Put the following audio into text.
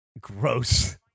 Gross